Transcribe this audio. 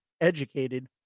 educated